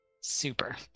Super